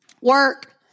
Work